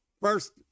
First